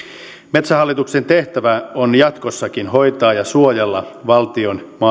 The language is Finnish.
metsähallituksen tehtävä on jatkossakin hoitaa ja suojella valtion